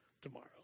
tomorrow